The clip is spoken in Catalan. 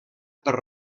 per